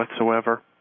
whatsoever